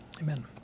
amen